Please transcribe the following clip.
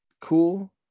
cool